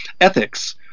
ethics